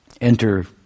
Enter